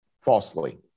falsely